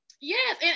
yes